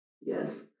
yes